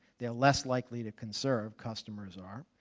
they are less likely to conserve, customers are.